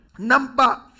Number